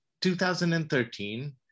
2013